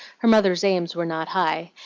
her mother's aims were not high,